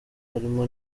barimo